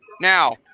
now